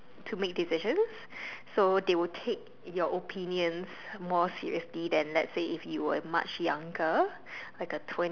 to make decisions so they will take your opinions more seriously then let's say if you were much younger